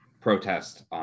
protest